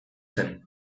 zen